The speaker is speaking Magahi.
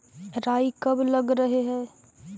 राई कब लग रहे है?